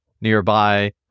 nearby